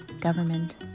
government